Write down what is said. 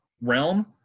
realm